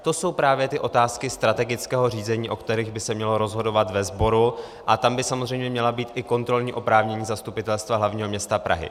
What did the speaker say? To jsou právě ty otázky strategického řízení, o kterých by se mělo rozhodovat ve sboru, a tam by samozřejmě měla být i kontrolní oprávnění Zastupitelstva hlavního města Prahy.